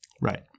Right